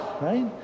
right